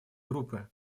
группы